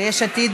יש עתיד,